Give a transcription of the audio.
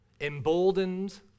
emboldened